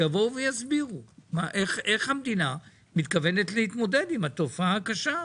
שיבואו ויסבירו איך המדינה מתכוונת להתמודד עם התופעה הקשה הזו.